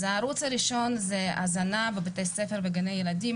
אז הערוץ הראשון זה הזנה בבתי ספר וגני ילדים,